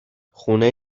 خونه